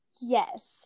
Yes